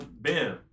Bam